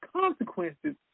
consequences